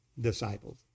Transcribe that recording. disciples